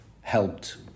helped